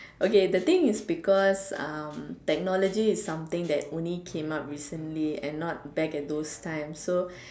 okay the thing is because um technology is something that only came up recently and not back at those times so